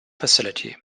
facility